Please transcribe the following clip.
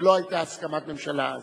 ולא היתה הסכמת ממשלה אז.